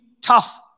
tough